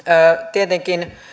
tietenkin